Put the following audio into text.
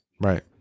Right